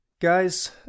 Guys